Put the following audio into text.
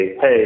hey